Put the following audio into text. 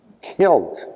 killed